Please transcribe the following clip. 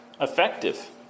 effective